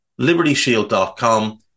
LibertyShield.com